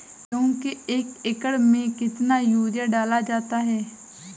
गेहूँ के एक एकड़ में कितना यूरिया डाला जाता है?